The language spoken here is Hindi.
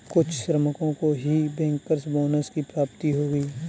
कुछ श्रमिकों को ही बैंकर्स बोनस की प्राप्ति होगी